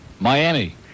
Miami